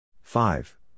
five